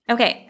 Okay